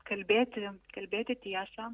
kalbėti kalbėti tiesą